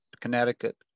Connecticut